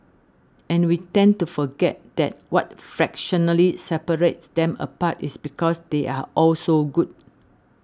and we tend to forget that what fractionally separates them apart is because they are all so good